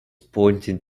pointing